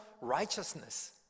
righteousness